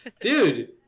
dude